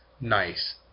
nice